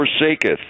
forsaketh